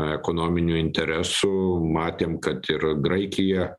ekonominių interesų matėm kad ir graikija